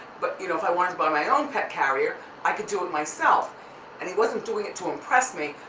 but you know, if i wanted to buy my own pet carrier, i could do it myself and he wasn't doing it to impress me,